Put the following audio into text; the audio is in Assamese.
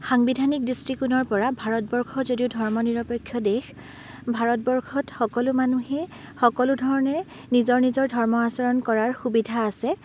সাংবিধানিক দৃষ্টিকোণৰ পৰা ভাৰতবৰ্ষ যদিও ধৰ্ম নিৰপেক্ষ দেশ ভাৰতবৰ্ষত সকলো মানুহেই সকলো ধৰণে নিজৰ নিজৰ ধৰ্ম আচৰণ কৰাৰ সুবিধা আছে